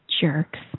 Jerks